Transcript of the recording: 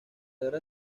guerra